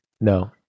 No